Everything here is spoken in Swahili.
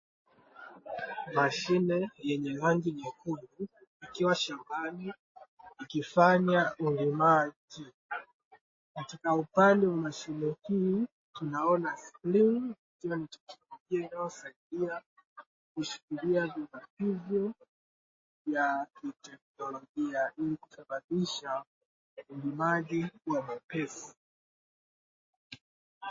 Mashine yenye rangi nyekundu ikiwa shambani ikifanya ulimaji, katika upande wa mashine hii tunaona sprei inasaidia kushikilia sumukuvu ya kiteknolojia ili kurahisisha ulimaji kuwa mwepesi.